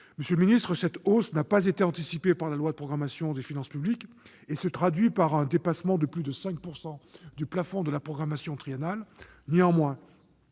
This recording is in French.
Monsieur le ministre, cette hausse n'a pas été anticipée par la loi de programmation des finances publiques et se traduit par un dépassement de plus de 5 % du plafond de la programmation triennale.